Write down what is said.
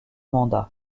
mandat